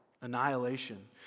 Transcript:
Annihilation